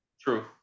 True